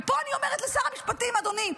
ופה אני אומרת לשר המשפטים: אדוני,